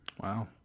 Wow